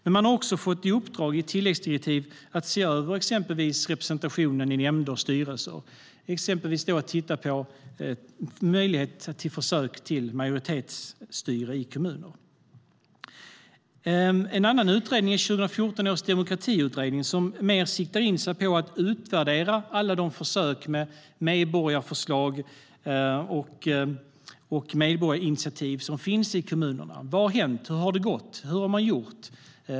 I tilläggsdirektiv har utredningen även fått i uppdrag att se över exempelvis representationen i nämnder och styrelser. Det kan gälla att titta på försök till majoritetsstyre i kommunerna. En annan utredning är 2014 års demokratiutredning. Den siktar mer in sig på att utvärdera alla de försök med medborgarförslag och medborgarinitiativ som finns i kommunerna. Vad har hänt? Hur har det gått? Hur har man gjort?